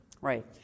Right